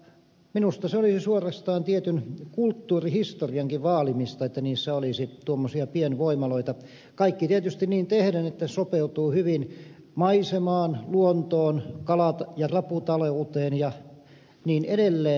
minusta se olisi suorastaan tietyn kulttuurihistoriankin vaalimista että niissä olisi tuommoisia pienvoimaloita kaikki tietysti niin tehden että se sopeutuu hyvin maisemaan luontoon kala ja raputalouteen ja niin edelleen